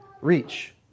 reach